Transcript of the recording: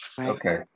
Okay